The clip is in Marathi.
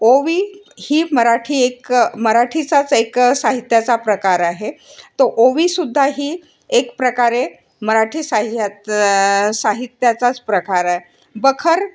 ओवी ही मराठी एक मराठीचाच एक साहित्याचा प्रकार आहे तो ओवीसुद्धा ही एक प्रकारे मराठी साहित्यात साहित्याचाच प्रकार आहे बखर